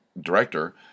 director